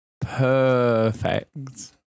perfect